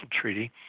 Treaty